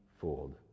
fooled